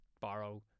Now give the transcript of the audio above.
borrow